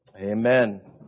Amen